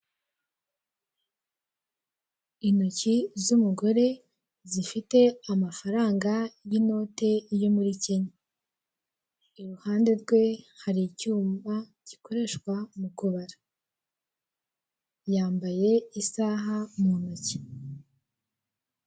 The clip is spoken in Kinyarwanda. Intoki z'umugore zifite amafaranga y'inote yo muri Kenya, iruhande rwe hari icyuma gikoreshwa mu kubara, yambaye isaha mu ntoki.